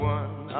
one